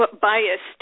biased